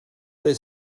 there